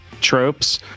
tropes